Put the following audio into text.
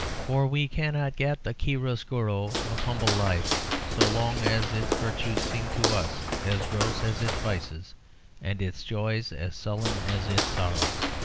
for we cannot get the chiaroscuro of humble life so long as its virtues seem to us as gross as its vices and its joys as sullen as its sorrows.